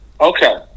Okay